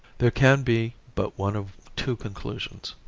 there can be but one of two conclusions,